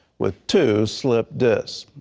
with two slipped discs.